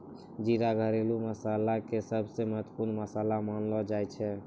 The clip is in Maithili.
जीरा घरेलू मसाला के सबसॅ महत्वपूर्ण मसाला मानलो जाय छै